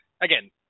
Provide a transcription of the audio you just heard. again